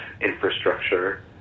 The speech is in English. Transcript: infrastructure